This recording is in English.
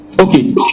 Okay